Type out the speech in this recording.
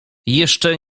jeszcze